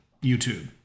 youtube